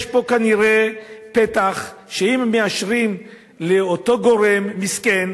יש פה כנראה פתח, שאם הם מאשרים לאותו גורם מסכן,